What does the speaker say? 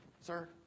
sir